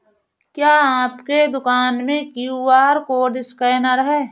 क्या आपके दुकान में क्यू.आर कोड स्कैनर है?